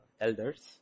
elders